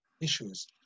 issues